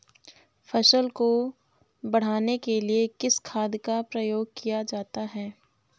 फसल को बढ़ाने के लिए किस खाद का प्रयोग किया जाता है?